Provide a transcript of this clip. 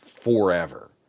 forever